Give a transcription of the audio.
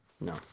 No